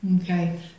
Okay